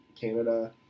Canada